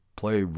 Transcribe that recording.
play